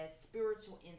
spiritual